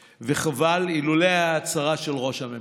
וחבל, אילולא ההצהרה של ראש הממשלה,